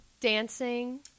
dancing